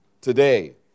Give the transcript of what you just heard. today